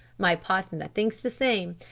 my partner thinks the same.